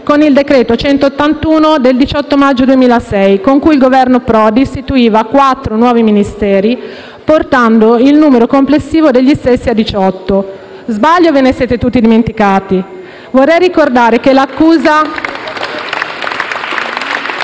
con il decreto-legge n. 181 del 18 maggio 2006, con cui il Governo Prodi istituiva quattro nuovi Ministeri, portando il numero complessivo degli stessi a 18. Sbaglio o ve ne siete tutti dimenticati? *(Applausi